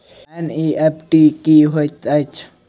NEFT की होइत अछि?